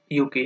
UK